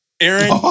Aaron